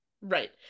right